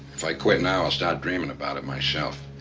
if i quit now, i'll start dreaming about it myself.